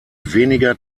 weniger